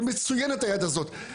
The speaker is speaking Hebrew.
ומצוינת היד הזאת.